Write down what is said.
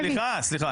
סליחה,